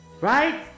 Right